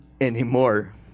anymore